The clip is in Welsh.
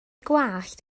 gwallt